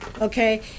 okay